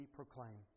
proclaim